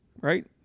right